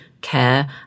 care